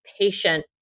patient